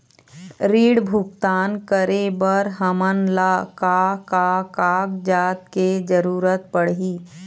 ऋण भुगतान करे बर हमन ला का का कागजात के जरूरत पड़ही?